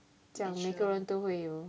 这样每个人都会有